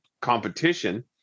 competition